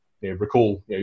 recall